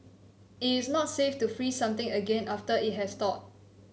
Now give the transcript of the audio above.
it is not safe to freeze something again after it has thawed